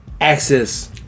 access